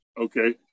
okay